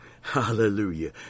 Hallelujah